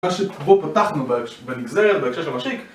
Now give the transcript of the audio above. מה שבו פתחנו - בנגזר, בהקשר של משיק